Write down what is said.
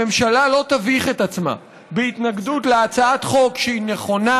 הממשלה לא תביך את עצמה בהתנגדות להצעת חוק שהיא נכונה,